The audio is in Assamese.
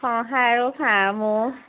সহায় আৰু খামো